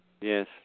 Yes